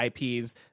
IPs